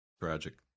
Tragic